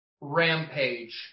Rampage